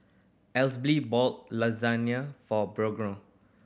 Esley bought Lasagne for Brogan